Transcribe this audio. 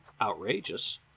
outrageous